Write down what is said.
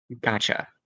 Gotcha